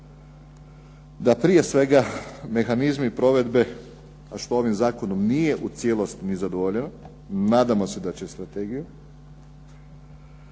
da prije svega mehanizmi provedbe a što ovim zakonom nije u cijelosti zadovoljeno, nadamo se da će strategiju,